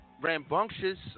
rambunctious –